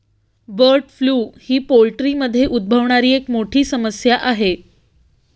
bird flu ही पोल्ट्रीमध्ये उद्भवणारी एक मोठी समस्या आहे